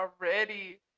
already